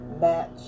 Match